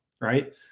right